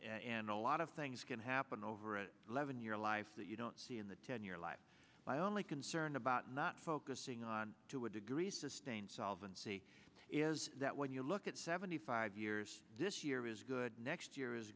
a lot of things can happen over an eleven year life that you don't see in the ten year life my only concern about not focusing on to a degree sustain solvent see is that when you look at seventy five years this year is good next year is